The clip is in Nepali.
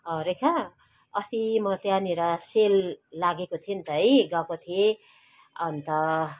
रेखा अस्ति म त्यहाँनिर सेल लागेको थियो नि त है गएको थिएँ अन्त